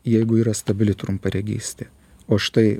jeigu yra stabili trumparegystė o štai